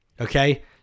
Okay